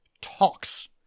talks